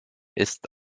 ist